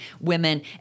women